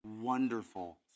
wonderful